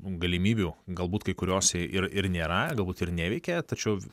galimybių galbūt kai kuriose ir ir nėra galbūt ir neveikia tačiau